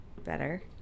better